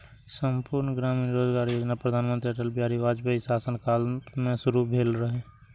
संपूर्ण ग्रामीण रोजगार योजना प्रधानमंत्री अटल बिहारी वाजपेयीक शासन काल मे शुरू भेल रहै